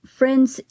friends